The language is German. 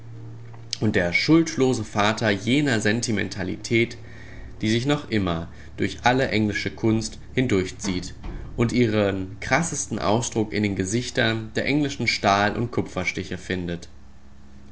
und der schuldlose vater jener sentimentalität die sich noch immer durch alle englische kunst hindurchzieht und ihren krassesten ausdruck in den gesichtern der englischen stahl und kupferstiche findet